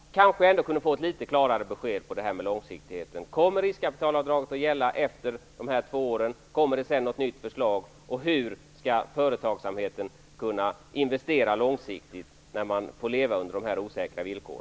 Jag kanske ändå kunde få ett litet klarare besked om detta med långsiktigheten. Kommer riskkapitalavdraget att gälla efter dessa två år? Kommer det sedan något nytt förslag? Hur skall företagsamheten kunna investera långsiktigt när man får leva under dessa osäkra villkor?